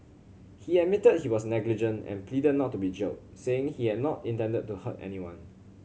he admitted he was negligent and pleaded not to be jailed saying he had not intended to hurt anyone